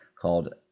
called